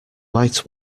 might